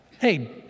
Hey